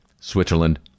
Switzerland